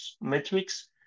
metrics